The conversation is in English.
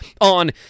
on